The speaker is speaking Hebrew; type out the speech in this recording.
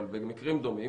אבל במקרים דומים,